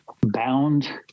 bound